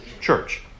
church